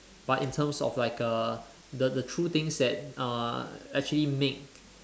but in terms of like err the the true things that uh actually make